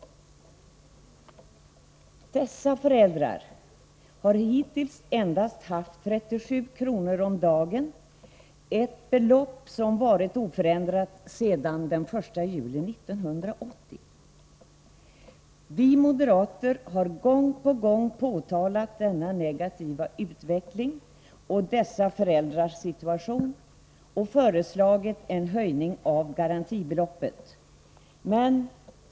Dessa föräldrar har hittills endast haft 37 kr. om dagen — ett belopp som varit oförändrat sedan den 1 juli 1980. Vi moderater har gång på gång påtalat det negativa i detta förhållande och dessa föräldrars situation, och vi har föreslagit en höjning av garantibeloppet.